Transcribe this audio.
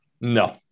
No